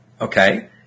Okay